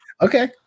Okay